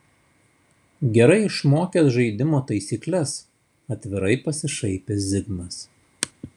gerai išmokęs žaidimo taisykles atvirai pasišaipė zigmas